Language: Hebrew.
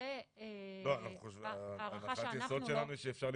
--- סגן שר במשרד